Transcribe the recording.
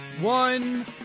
one